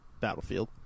Battlefield